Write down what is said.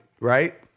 right